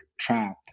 trap